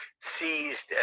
seized